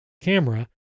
camera